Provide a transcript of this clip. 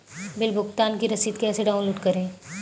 Bill भुगतान की रसीद कैसे डाउनलोड करें?